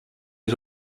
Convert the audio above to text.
les